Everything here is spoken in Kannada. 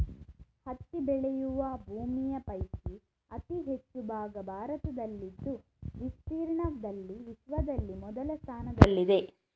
ಹತ್ತಿ ಬೆಳೆಯುವ ಭೂಮಿಯ ಪೈಕಿ ಅತಿ ಹೆಚ್ಚು ಭಾಗ ಭಾರತದಲ್ಲಿದ್ದು ವಿಸ್ತೀರ್ಣದಲ್ಲಿ ವಿಶ್ವದಲ್ಲಿ ಮೊದಲ ಸ್ಥಾನದಲ್ಲಿದೆ